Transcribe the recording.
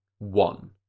one